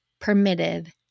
permitted